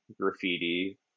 graffiti